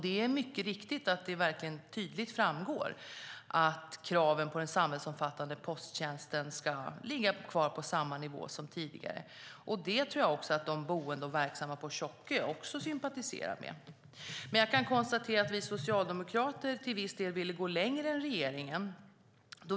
Det är riktigt att det tydligt framgår att kraven på den samhällsomfattande posttjänsten ska ligga kvar på samma nivå som tidigare, vilket jag säkert tror att de boende och verksamma på Tjockö också sympatiserar med. Jag konstaterar att vi socialdemokrater till viss del ville gå längre än regeringen.